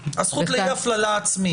הזכות לאי הפללה עצמית.